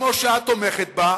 כמו שאת תומכת בה.